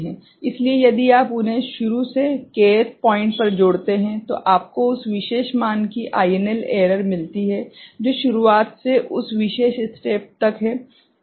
इसलिए यदि आप उन्हें शुरू से k th पॉइंट तक जोड़ते हैं तो आपको उस विशेष मान की INL एरर मिलती है जो शुरुआत से उस विशेष स्टेप तक है ठीक है